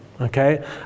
okay